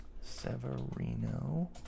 severino